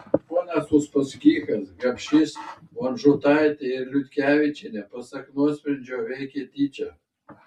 ponas uspaskichas gapšys vonžutaitė ir liutkevičienė pasak nuosprendžio veikė tyčia